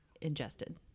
ingested